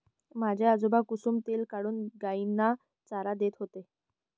माझे आजोबा कुसुम तेल काढून गायींना चारा देत होते